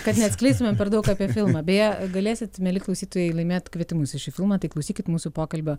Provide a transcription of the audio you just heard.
kad neatskleistumėm per daug apie filmą beje galėsit mieli klausytojai laimėt kvietimus į šį filmą tai klausykit mūsų pokalbio